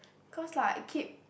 cause like I keep